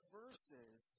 verses